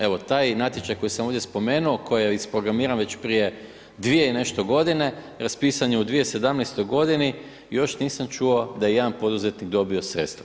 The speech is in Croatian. Evo, taj natječaj koji sam ovdje spomenuo, koji je isprogramiran već prije 2 i nešto godine, raspisan je u 2017.g. i još nisam čuo da je jedan poduzetnik dobio sredstva.